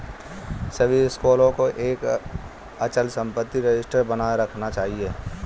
सभी स्कूलों को एक अचल संपत्ति रजिस्टर बनाए रखना चाहिए